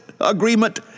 Agreement